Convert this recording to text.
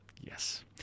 Yes